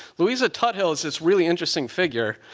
louisa tuthill is this really interesting figure.